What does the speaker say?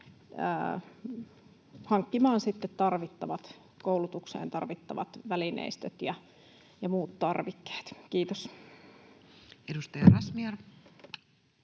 hankkimaan koulutukseen tarvittavat välineistöt ja muut tarvikkeet. — Kiitos. [Speech 182]